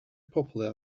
popular